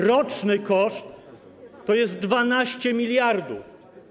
Roczny koszt to jest 12 mld zł.